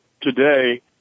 today